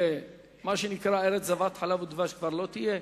שמה שנקרא ארץ זבת חלב ודבש כבר לא תהיה?